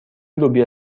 لوبیا